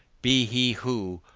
be he who,